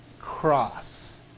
cross